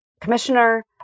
commissioner